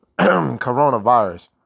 coronavirus